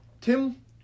Tim